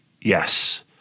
Yes